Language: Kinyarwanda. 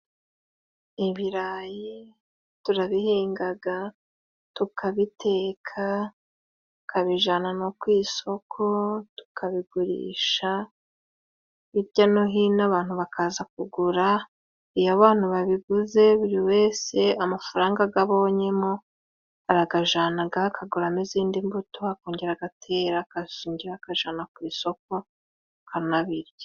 Ibirayi turabihingaga, tukabiteka, tukabijana no ku isoko, tukabigurisha hirya no hino abantu bakaza kugura, iyo abantu babiguze buri wese amafaranga go abonyemo aragajanaga akaguramo izindi mbuto akongera agatera akashingira akajana ku isoko akanabirya.